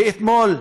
ואתמול,